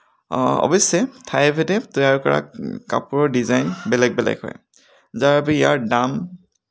অৱশ্যে ঠাইভেদে তৈয়াৰ কৰা কাপোৰৰ ডিজাইন বেলেগ বেলেগ হয় যাৰ বাবে ইয়াৰ দাম